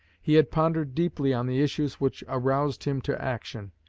he had pondered deeply on the issues which aroused him to action.